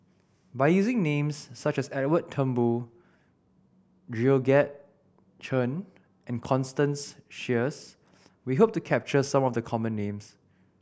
by using names such as Edwin Thumboo Georgette Chen and Constance Sheares we hope to capture some of the common names